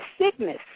sickness